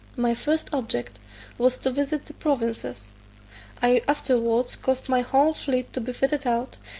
my first object was to visit the provinces i afterwards caused my whole fleet to be fitted out,